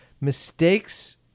mistakes